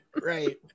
right